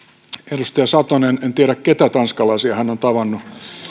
edustaja satonen en tiedä ketä tanskalaisia hän on